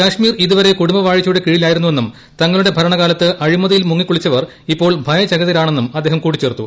കാശ്മീർ ഇതുവരെ കുടുംബവാഴ്ചയുടെ കീഴിലായിരുന്നുവെന്നും തങ്ങളുടെ ഭരണക്കാലത്ത് അഴിമതിയിൽ മുങ്ങിക്കുളിച്ചവർ ഇപ്പോൾ ഭയചകിതരാണെന്നും അദ്ദേഹം കൂട്ടിച്ചേർത്തു